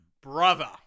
Brother